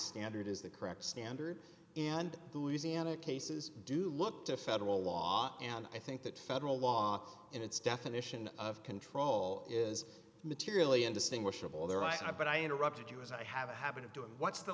standard is the correct standard and louisiana cases do look to federal law and i think that federal law in its definition of control is materially indistinguishable there i but i interrupted you as i have a habit of doing what's the